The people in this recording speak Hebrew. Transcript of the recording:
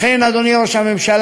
לכן, אדוני ראש הממשלה,